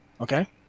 okay